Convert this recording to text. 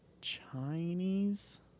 chinese